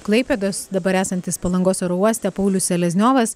klaipėdos dabar esantis palangos oro uoste paulius selezniovas